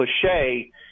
cliche